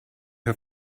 her